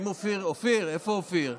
איפה אופיר?